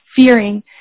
fearing